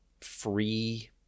free